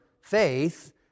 faith